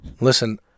Listen